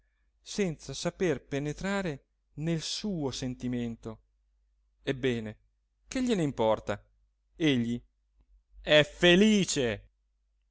senza saper penetrare nel suo sentimento ebbene che glie n'importa egli è felice